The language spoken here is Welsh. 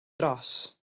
dros